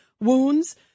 wounds